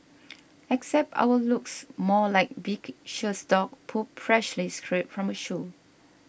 except ours looks more like viscous dog poop freshly scraped from a shoe